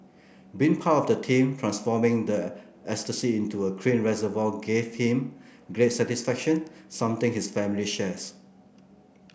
being part of the team transforming the estuary into a clean reservoir gave him great satisfaction something his family shares